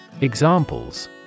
Examples